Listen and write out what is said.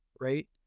right